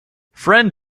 friend